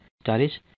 studies